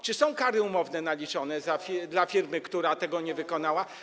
Czy są kary umowne naliczone dla firmy, która tego nie wykonała?